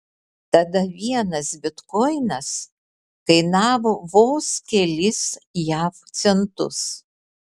tada vienas bitkoinas kainavo vos kelis jav centus